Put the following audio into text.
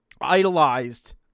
idolized